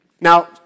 Now